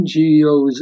NGOs